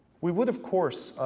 we would, of course,